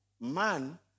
man